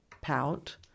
pout